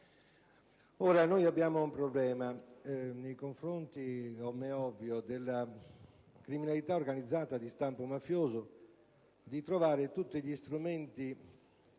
Ora abbiamo il problema (come è ovvio), nei confronti della criminalità organizzata di stampo mafioso, di trovare tutti gli strumenti